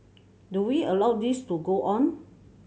do we allow this to go on